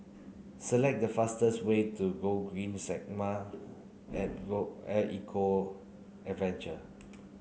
select the fastest way to Gogreen Segway at at Eco Adventure